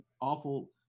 awful –